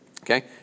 Okay